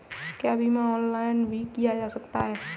क्या बीमा ऑनलाइन भी किया जा सकता है?